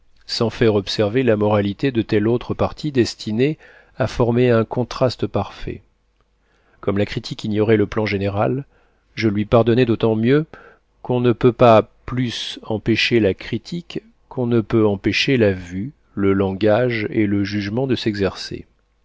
sans faire observer la moralité de telle autre partie destinée à former un contraste parfait comme la critique ignorait le plan général je lui pardonnais d'autant mieux qu'on ne peut pas plus empêcher la critique qu'on ne peut empêcher la vue le langage et le jugement de s'exercer